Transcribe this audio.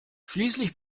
schließlich